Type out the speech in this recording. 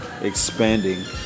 expanding